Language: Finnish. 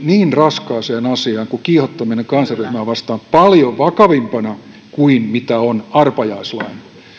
niin raskaaseen asiaan kuin kiihottaminen kansanryhmää vastaan paljon vakavampina kuin mitä on arpajaislain